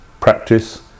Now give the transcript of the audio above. practice